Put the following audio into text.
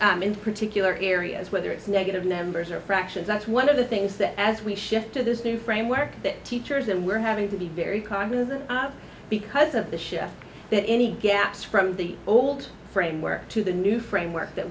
gaps in particular areas whether it's negative numbers or fractions that's one of the things that as we shift to this new framework that teachers and we're having to be very cognizant because of the shift that any gaps from the old framework to the new framework that